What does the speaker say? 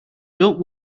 don’t